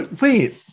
Wait